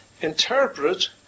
Interpret